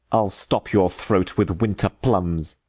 i ll stop your throat with winter plums.